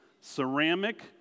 ceramic